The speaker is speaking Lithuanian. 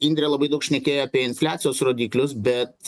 indrė labai daug šnekėjo apie infliacijos rodiklius bet